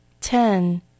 Ten